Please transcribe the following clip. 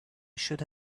should